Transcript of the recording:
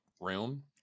room